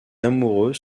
amoureux